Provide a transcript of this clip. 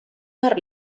mar